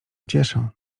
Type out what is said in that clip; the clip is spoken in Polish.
cieszę